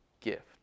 gift